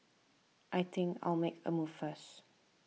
I think I'll make a move first